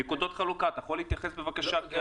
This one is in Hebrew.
נקודות חלוקה אתה יכול להתייחס בבקשה?